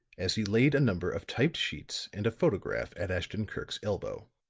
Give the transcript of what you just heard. as he laid a number of typed sheets and a photograph at ashton-kirk's elbow.